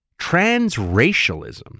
transracialism